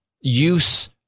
use